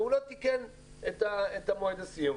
והוא לא תיקן את המועד לסיום.